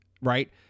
right